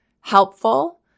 helpful